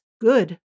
good